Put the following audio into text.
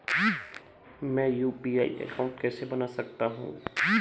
मैं UPI account कैसे बना सकता हूं?